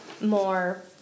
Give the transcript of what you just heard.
more